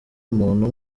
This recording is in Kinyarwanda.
muntu